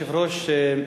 כבוד היושב-ראש,